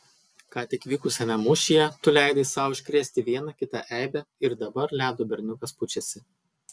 ką tik vykusiame mūšyje tu leidai sau iškrėsti vieną kitą eibę ir dabar ledo berniukas pučiasi